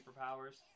superpowers